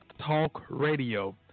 talkradio